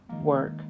work